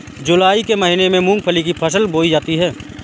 जूलाई के महीने में मूंगफली की फसल बोई जाती है